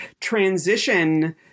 transition